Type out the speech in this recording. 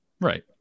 Right